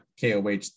KOH